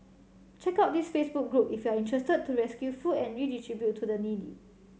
check out this Facebook group if you are interested to rescue food and redistribute to the needy